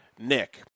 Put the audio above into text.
Nick